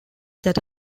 that